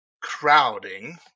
crowding